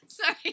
Sorry